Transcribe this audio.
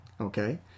Okay